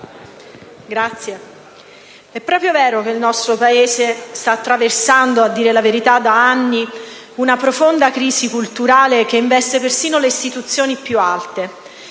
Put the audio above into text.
Presidente, è proprio vero che il nostro Paese sta attraversando - da anni, a dire la verità - una profonda crisi culturale, che investe persino le istituzioni più alte.